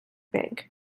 bank